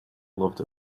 loved